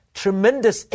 tremendous